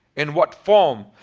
in what form?